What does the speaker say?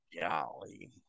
Golly